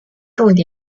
重点